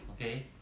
okay